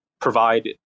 provide